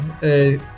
Hey